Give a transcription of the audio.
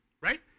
right